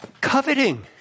Coveting